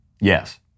Yes